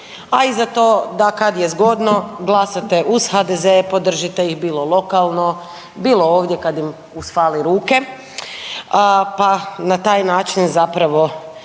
a i za to da kad je zgodno glasate uz HDZ podržite ih bilo lokalno, bilo ovdje kad im usfali ruke pa na taj način zapravo